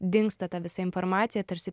dingsta ta visa informacija tarsi